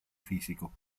fisico